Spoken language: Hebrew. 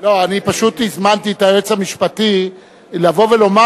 אני פשוט הזמנתי את היועץ המשפטי לבוא ולומר